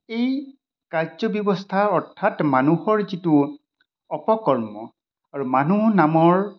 এই কাৰ্য ব্যৱস্থা অৰ্থাৎ মানুহৰ যিটো অপকৰ্ম আৰু মানুহ নামৰ